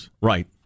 right